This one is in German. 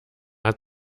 hat